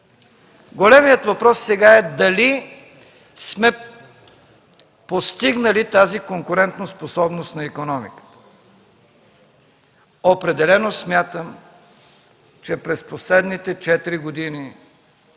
Големият въпрос сега е: дали сме постигнали тази конкурентоспособност на икономиката? Определено смятам, че през последните четири